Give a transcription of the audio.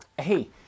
Hey